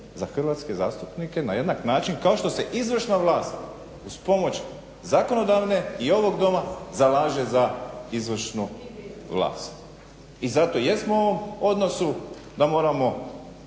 za hrvatske zastupnike na jednak način kao što se izvršna vlast uz pomoć zakonodavne i ovog doma zalaže za izvršnu vlast i zato jesmo u ovom odnosu da moramo